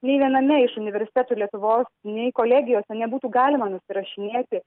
nei viename iš universitetų lietuvos nei kolegijose nebūtų galima nusirašinėti